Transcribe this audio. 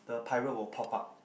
the pirate will pop up